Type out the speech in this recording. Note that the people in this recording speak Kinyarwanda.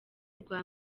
rwa